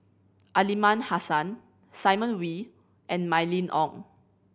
Aliman Hassan Simon Wee and Mylene Ong